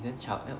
damn child~